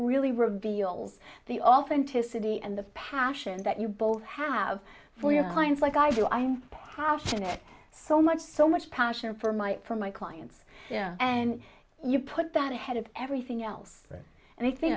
really reveals the authenticity and the passion that you both have for your clients like i do i'm passionate so much so much passion for my for my clients and you put that ahead of everything else and i thin